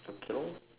okay lor